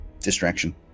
distraction